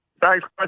Thanks